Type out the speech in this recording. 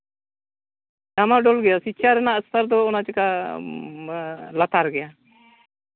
ᱰᱟᱢᱟᱰᱳᱞ ᱜᱮᱭᱟ ᱥᱤᱪᱪᱷᱟ ᱨᱮᱭᱟᱜ ᱥᱛᱚᱨ ᱫᱚ ᱚᱱᱟ ᱪᱤᱠᱟ ᱞᱟᱛᱟᱨ ᱜᱮᱭᱟ